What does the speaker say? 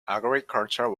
agriculture